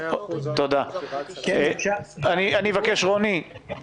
יש אותנו גם